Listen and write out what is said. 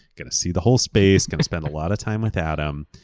going to see the whole space, going to spend a lot of time with adam.